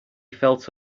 felt